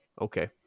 Okay